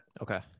okay